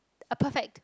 a perfect